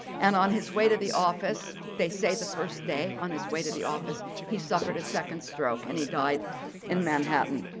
and on his way to the office, they say the first day on his way to the office he suffered a second stroke and he died in manhattan.